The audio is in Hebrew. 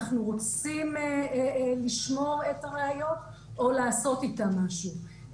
אנחנו רוצים לשמור את הראיות או לעשות איתם משהו.